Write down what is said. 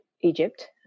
Egypt